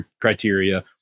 criteria